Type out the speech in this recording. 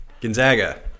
Gonzaga